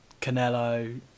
Canelo